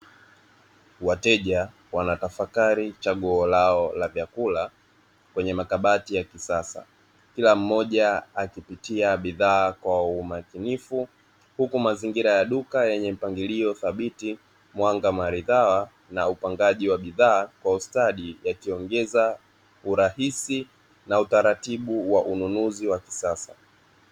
Wateja wanatafakari chaguo lao la vyakula kwenye makabati ya kisasa. Kila mmoja akipitia bidhaa kwa umakinifu, huku mazingira ya duka yenye mpangilio thabiti mwanga maridhawa na upangaji wa bidhaa kwa ustadi yakiongeza urahisi na utaratibu wa ununuzi wa kisasa.